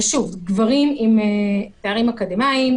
אלה גברים עם תארים אקדמאים,